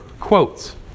quotes